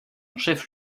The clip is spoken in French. chef